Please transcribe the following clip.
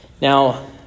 Now